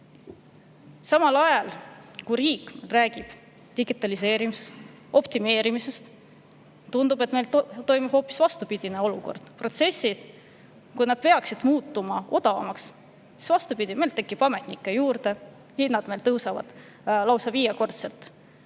Samal ajal kui riik räägib digitaliseerimisest ja optimeerimisest, tundub, et meil on hoopis vastupidine olukord. Protsessid peaksid muutuma odavamaks, aga meil, vastupidi, tekib ametnikke juurde, hinnad tõusevad lausa viiekordselt.